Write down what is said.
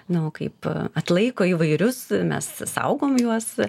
na o kaip atlaiko įvairius mes saugom juos